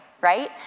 right